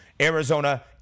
Arizona